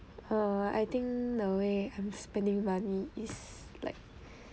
err I think the way I'm spending money is like